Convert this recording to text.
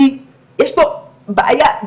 כי יש פה בעיה,